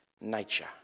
nature